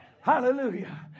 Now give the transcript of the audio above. Hallelujah